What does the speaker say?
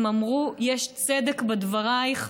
הם אמרו: יש צדק בדברייך,